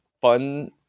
fun